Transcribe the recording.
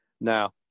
Now